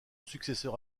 successeur